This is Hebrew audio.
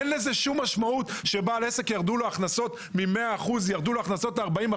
אין לזה שום משמעות שלבעל עסק ירדו ההכנסות מ-100% ל-40%.